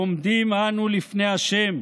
עומדים אנו לפני ה'